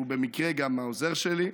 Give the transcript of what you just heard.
שהוא במקרה גם העוזר שלי,